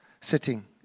sitting